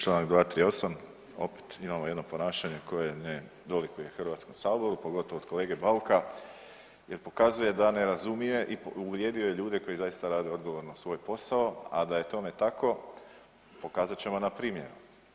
Čl. 238. opet imamo jedno ponašanje koje ne dolikuje HS, pogotovo od kolege Bauka jer pokazuje da ne razumije i uvrijedio je ljude koji zaista rade odgovorno svoj posao, a da je tome tako pokazat ćemo na primjeru.